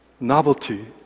Novelty